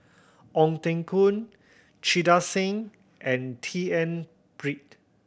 Ong Teng Koon Singh and T N Pritt